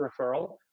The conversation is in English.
referral